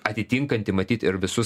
atitinkanti matyt ir visus